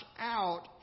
out